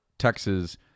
Texas